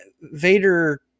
Vader